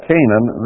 Canaan